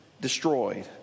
destroyed